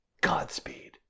Godspeed